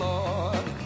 Lord